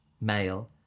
male